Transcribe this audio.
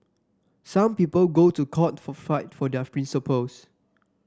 some people go to court for fight for their principles